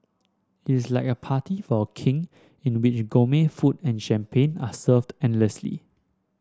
it is like a party for a King in which gourmet food and champagne are served endlessly